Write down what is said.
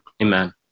Amen